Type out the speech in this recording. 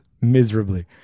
miserably